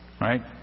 right